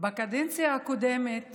בקדנציה הקודמת